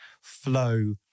flow